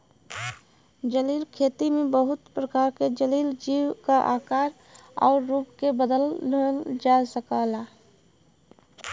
जलीय खेती में बहुत प्रकार के जलीय जीव क आकार आउर रूप के बदलल जा सकला